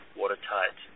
watertight